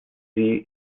sie